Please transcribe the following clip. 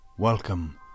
Welcome